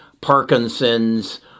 Parkinson's